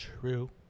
True